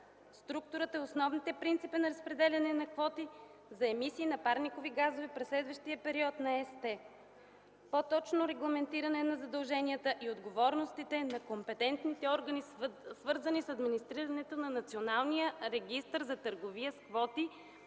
структурата и основните принципи на разпределянето на квоти за емисии на парникови газове през следващия период на ЕСТЕ; - по-точно регламентиране на задълженията и отговорностите на компетентните органи, свързани с администрирането на Националния регистър за търговия с квоти